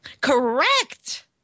Correct